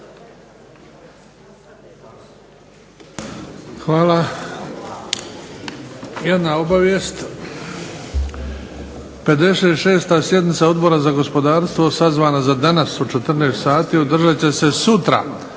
Hvala. Jedna obavijest. 56. sjednica Odbora za gospodarstvo sazvana za danas u 14,00 sati održat će se sutra